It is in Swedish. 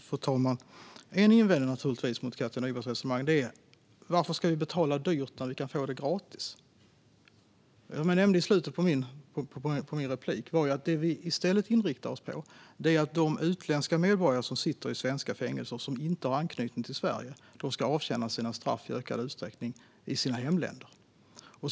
Fru ålderspresident! En invändning mot Katja Nybergs resonemang är naturligtvis: Varför ska vi betala dyrt när vi kan få det gratis? Som jag sa i slutet av mitt förra inlägg inriktar vi oss i stället på att de utländska medborgare som sitter i svenska fängelser och inte har anknytning till Sverige ska avtjäna sina straff i sina hemländer i ökad utsträckning.